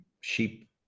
sheep